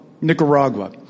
Nicaragua